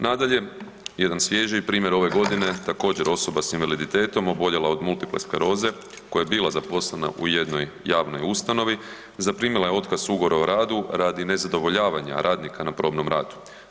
Nadalje, jedan svježiji primjer ove godine, također, osoba s invaliditetom, oboljela od multiple skleroze koja je bila zaposlena u jednoj javnoj ustanovi, zaprimila je otkaz ugovora o radu radi nezadovoljavanja radnika na probnom radu.